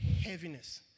heaviness